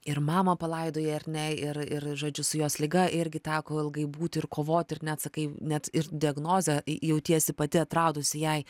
ir mamą palaidojai ar ne ir ir žodžiu su jos liga irgi teko ilgai būti ir kovot ir net sakai net ir diagnozę jautiesi pati atradusi jai